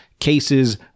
Cases